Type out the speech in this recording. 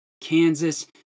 kansas